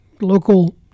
local